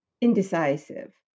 indecisive